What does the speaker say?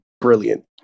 brilliant